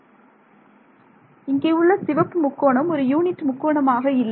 மாணவர் இங்கே உள்ள சிவப்பு முக்கோணம் ஒரு யூனிட் முக்கோணமாக இல்லை